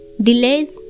delays